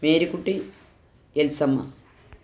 Marykutty Elsamma